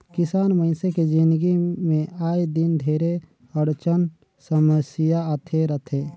किसान मइनसे के जिनगी मे आए दिन ढेरे अड़चन समियसा आते रथे